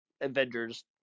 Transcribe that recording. Avengers